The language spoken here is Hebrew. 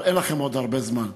אבל אין לכם עוד הרבה זמן: